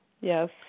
Yes